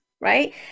Right